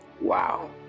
Wow